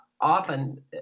often